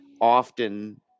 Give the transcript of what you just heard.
often